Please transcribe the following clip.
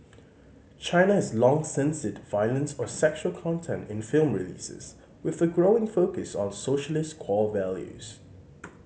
China has long censored violence or sexual content in film releases with a growing focus on socialist core values